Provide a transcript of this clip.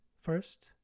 first